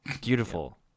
beautiful